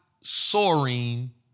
soaring